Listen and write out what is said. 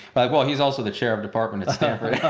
like, well he's also the chair of department at stanford.